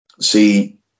See